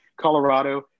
Colorado